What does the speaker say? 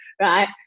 Right